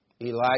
Elijah